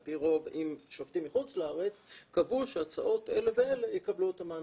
על פי רוב אם שופטים מחוץ לארץ קבעו שההצעות אלה ואלה יקבלו את המענקים.